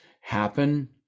happen